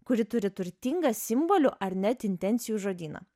kuri turi turtingą simbolių ar net intencijų žodyną